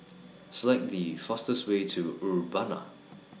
Select The fastest Way to Urbana